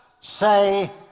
say